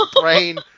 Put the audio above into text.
brain